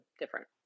different